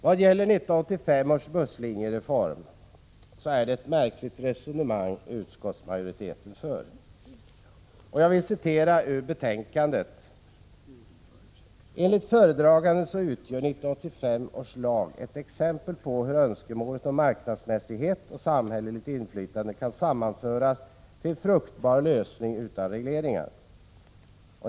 Jag yrkar därför, herr talman, bifall till reservation nr 3. I fråga om 1985 års busslinjereform för utskottsmajoriteten ett märkligt resonemang. Jag citerar ur betänkandet: ”Enligt föredraganden utgör 1985 års lag ett exempel på hur önskemålet om marknadsmässighet och samhälleligt inflytande kan sammanföras till en fruktbar lösning utan regleringar.